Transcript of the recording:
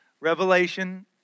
Revelation